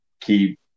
keep